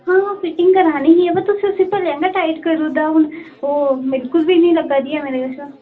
हां हां फिटिंग करानी ही बा तुसें उस्सी भलेआं गै टाईट करी ओड़ा दा हून ओह् बिल्कुल बी नेईं लग्गै दी ऐ मेरे कशा